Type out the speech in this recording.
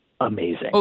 amazing